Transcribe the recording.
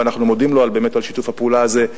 ואנחנו מודים לו באמת על שיתוף הפעולה הזה,